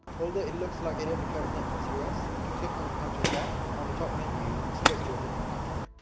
although it looks like it only and covers netflix us, you can click on the country tab on the top menu, and switch to different country.